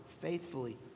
faithfully